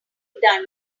done